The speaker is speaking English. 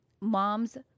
mom's